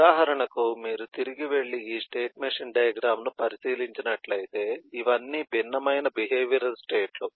ఉదాహరణకు మీరు తిరిగి వెళ్లి ఈ స్టేట్ మెషిన్ డయాగ్రమ్ ను పరిశీలించినట్లయితే ఇవన్నీ భిన్నమైన బిహేవియరల్ స్టేట్ లు